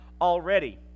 already